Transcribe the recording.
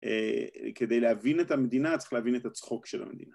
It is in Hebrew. כדי להבין את המדינה, צריך להבין את הצחוק של המדינה.